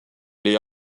les